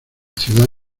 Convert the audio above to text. ciudad